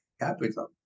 capital